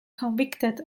convicted